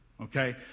okay